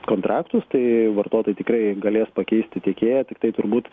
kontraktus tai vartotojai tikrai galės pakeisti tiekėją tiktai turbūt